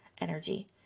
energy